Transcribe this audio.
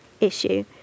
issue